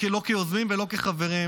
לא כיוזמים ולא כחברים,